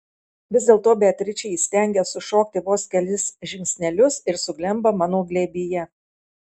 vis dėlto beatričė įstengia sušokti vos kelis žingsnelius ir suglemba mano glėbyje